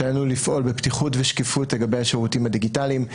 מאפשר לנו לפעול בפתיחות ושקיפות לגבי השירותים הדיגיטליים,